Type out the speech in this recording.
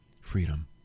freedom